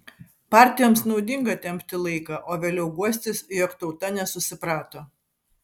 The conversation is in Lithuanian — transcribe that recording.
partijoms naudinga tempti laiką o vėliau guostis jog tauta nesusiprato